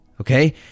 okay